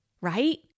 right